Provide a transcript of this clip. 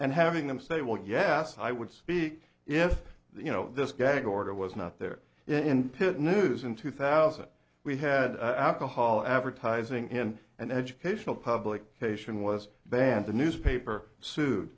and having them say well yes i would speak if the you know this gag order was not there in pit news in two thousand we had alcohol advertising in an educational public cation was banned the newspaper su